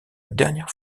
dernière